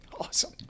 Awesome